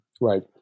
Right